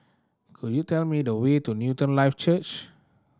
could you tell me the way to Newton Life Church